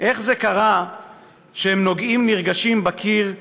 / איך זה קרה שהם נוגעים נרגשים בקיר?